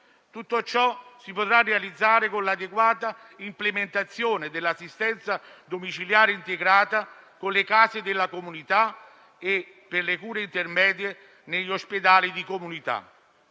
Tutto ciò si potrà realizzare con l'adeguata implementazione dell'assistenza domiciliare integrata con le case della comunità e, per le cure intermedie, negli ospedali di comunità.